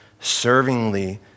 servingly